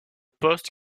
poste